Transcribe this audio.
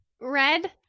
red